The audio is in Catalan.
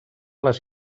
les